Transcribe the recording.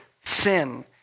sin